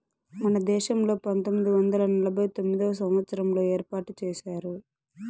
మన దేశంలో పంతొమ్మిది వందల నలభై తొమ్మిదవ సంవచ్చారంలో ఏర్పాటు చేశారు